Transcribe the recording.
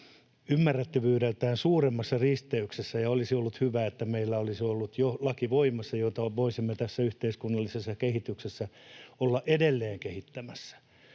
ymmärrettävyydeltään suuremmassa risteyksessä, ja olisi ollut hyvä, että meillä olisi jo ollut voimassa laki, jota voisimme tässä yhteiskunnallisessa kehityksessä olla edelleen kehittämässä,